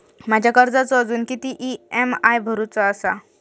माझ्या कर्जाचो अजून किती ई.एम.आय भरूचो असा?